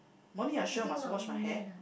morning I sure must wash my hair